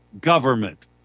government